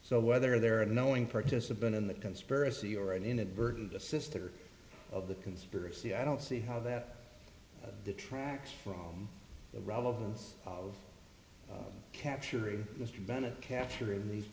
so whether they're unknowing participant in the conspiracy or an inadvertant the sister of the conspiracy i don't see how that detract from the relevance of capturing mr bennett capturing these